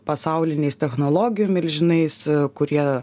pasauliniais technologijų milžinais kurie